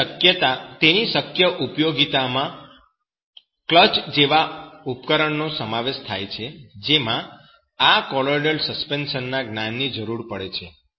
તેની શક્ય ઉપયોગીતામાં ક્લચ જેવા ઉપકરણનો સમાવેશ થાય છે જેમાં આ કોલોઈડલ સાયન્સ ના જ્ઞાનની જરૂર પડે છે